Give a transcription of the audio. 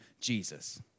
Jesus